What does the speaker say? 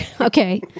Okay